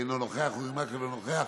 אינו נוכח, אורי מקלב, אינו נוכח,